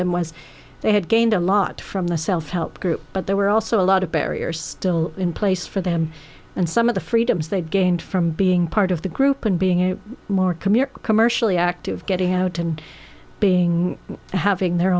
them was they had gained a lot from the self help group but there were also a lot of barriers still in place for them and some of the freedoms they gained from being part of the group and being a more community commercially active getting out and being having their